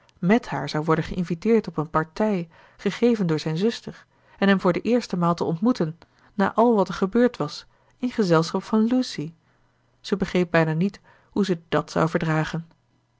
mèt haar zou worden geïnviteerd op een partij gegeven door zijn zuster en hem voor de eerste maal te ontmoeten na al wat er gebeurd was in gezelschap van lucy zij begreep bijna niet hoe zij dàt zou verdragen